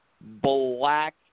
black